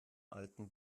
alten